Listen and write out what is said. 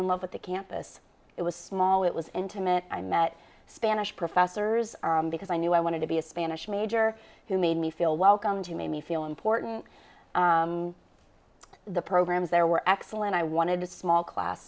in love with the campus it was small it was intimate i met spanish professors because i knew i wanted to be a spanish major who made me feel welcome to make me feel important the programs there were excellent i wanted a small class